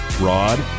Rod